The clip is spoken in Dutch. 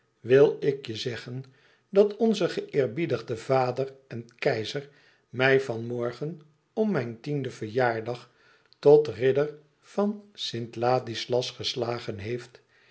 wil ik je zeggen dat onze geëerbiedigde vader en keizer mij van morgen om mijn elfden verjaardag tot ridder van st ladislas geslagen heeft